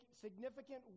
significant